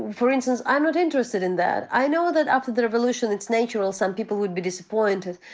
for instance, i'm not interested in that. i know that after the revolution it's natural some people would be disappointed.